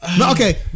Okay